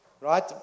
right